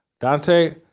Dante